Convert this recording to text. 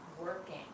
working